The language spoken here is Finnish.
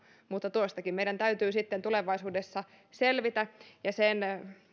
mutta tuostakin meidän täytyy sitten tulevaisuudessa selvitä ja